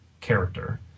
character